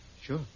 Sure